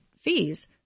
fees